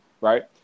Right